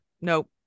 nope